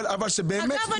אגב,